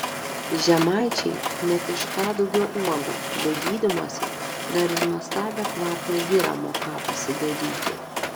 žemaičiai net iš kadugio uogų be gydymosi dar ir nuostabią kvapnią girą moką pasidaryti